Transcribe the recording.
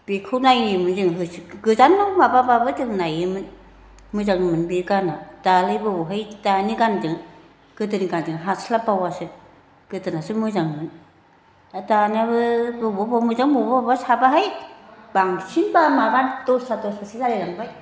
बेखौ नायोमोन जोङो गोजानाव माबाबाबो जों नायोमोन मोजां मोन बे गानआ दालाय बबावहाय दानि गानजों गोदोनि गानजों हास्लाबबावासो गोदोनासो मोजांमोन दानाबो बबेबा बबेबा मोजां बबेबा बबेबा साबाहाय बांसिन माबा दस्रा दस्राजों जालायलांबाय